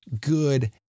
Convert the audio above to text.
good